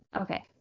Okay